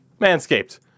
Manscaped